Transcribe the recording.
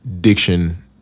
diction